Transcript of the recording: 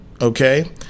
okay